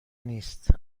نیست